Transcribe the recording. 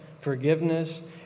forgiveness